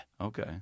okay